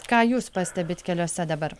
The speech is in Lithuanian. ką jūs pastebit keliuose dabar